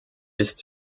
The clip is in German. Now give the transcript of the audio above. ist